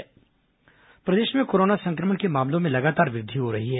corona समाचार प्रदेश में कोरोना संक्रमण के मामलों में लगातार वृद्धि हो रही है